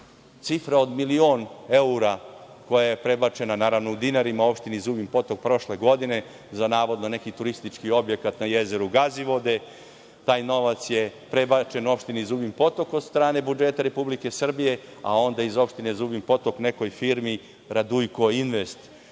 cifra od milion evra koja je prebačena, naravno u dinarima, opštini Zubin Potok, prošle godine za, navodno, neki turistički objekat na jezeru Gazivode. Taj novac je prebačen opštini Zubin Potok od strane budžeta Republike Srbije, a onda iz opštine Zubin Potok nekoj firmi „Radujko invest“,